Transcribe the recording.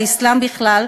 והאסלאם בכלל,